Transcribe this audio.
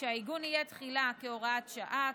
העיגון יהיה תחילה כהוראת שעה,